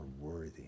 worthy